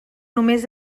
només